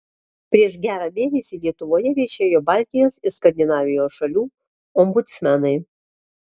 prieš gerą mėnesį lietuvoje viešėjo baltijos ir skandinavijos šalių ombudsmenai